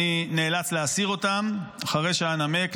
אני נאלץ להסיר אותן אחרי שאנמק,